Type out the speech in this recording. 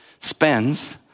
spends